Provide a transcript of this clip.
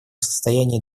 состоянии